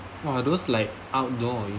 !wah! those like outdoor